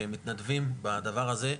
שהם מתנדבים בדבר הזה,